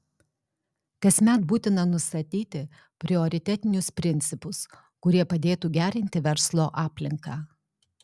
kasmet būtina nustatyti prioritetinius principus kurie padėtų gerinti verslo aplinką